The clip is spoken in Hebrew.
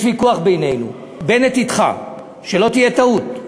יש ויכוח בינינו, ובנט אתך, שלא תהיה טעות,